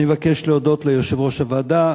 אני מבקש להודות ליושב-ראש הוועדה,